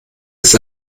ist